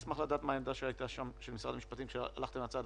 וכמובן אם יש בעיה בהתניית שירותים צריך לאסור על